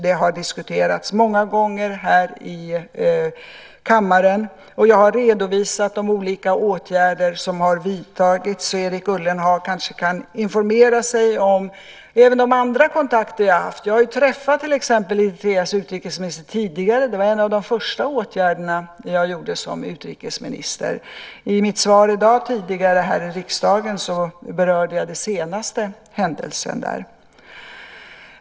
Det har diskuterats många gånger i kammaren, och jag har redovisat de olika åtgärder som vidtagits. Erik Ullenhag kanske kan informera sig även om de andra kontakter jag haft. Jag har till exempel tidigare träffat Eritreas utrikesminister. Det var en av de första åtgärder jag vidtog som utrikesminister. I mitt tidigare svar i riksdagen i dag berörde jag den senaste händelsen där.